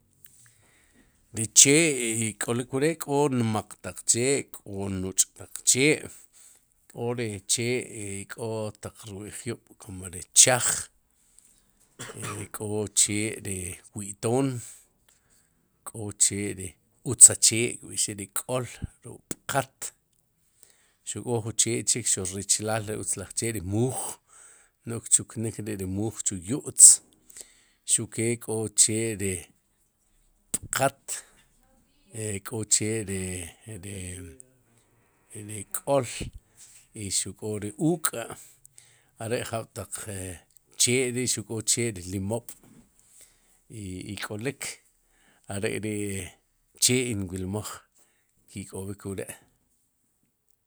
Ri chee ik'olik wre'k'o nmaq taq laj chee k'o nuch'laj taq chee, k'o ri chee y k'o taq rwi'jyub'kum ri chaaj k'o chee ri rwi'toon k'o chee ri utza chee kb'i'xik ri k'ol ruk'b'qat xuq k'o jun chee chik xuq richilaal ri utz laj chee ri muuj n'oj kchuknik ri'ri muuj chu yu'tz xuke k'o chee ri b'qat e k'o che ri ri k'ol i xuq k'o ri uk'a'are jab'taq e chee ri'xuq k'o chee ri ilmoob'ik'olik are ri chee inmilmaj ki'k'ob'ik wre'.